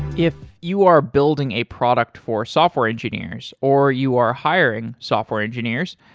if you are building a product for software engineers or you are hiring software engineers,